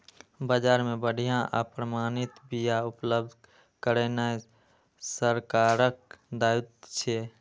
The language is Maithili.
बाजार मे बढ़िया आ प्रमाणित बिया उपलब्ध करेनाय सरकारक दायित्व छियै